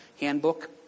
Handbook